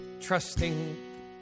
trusting